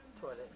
toilet